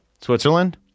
Switzerland